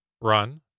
run